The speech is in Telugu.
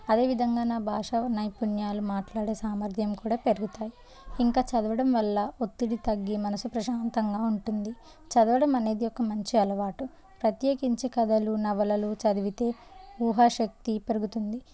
అదేవిధంగా నా భాష నైపుణ్యాలు మాట్లాడే సామర్థ్యం కూడా పెరుగుతాయి ఇంకా చదవడం వల్ల ఒత్తిడి తగ్గి మనసు ప్రశాంతంగా ఉంటుంది చదవడం అనేది ఒక మంచి అలవాటు ప్రత్యేకించి కథలు నవలలు చదివితే ఊహా శక్తి పెరుగుతుంది